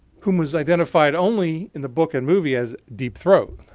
whom was identified only in the book and movie as deep throat.